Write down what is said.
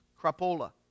crapola